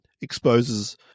exposes